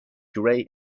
grey